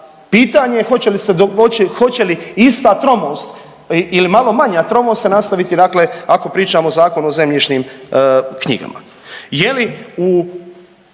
li se, hoće li ista tromost ili malo manja tromost se nastaviti dakle ako pričamo o Zakonu o zemljišnim knjigama.